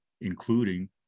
including